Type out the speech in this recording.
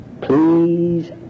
Please